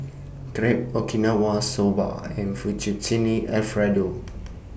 Crepe Okinawa Soba and Fettuccine Alfredo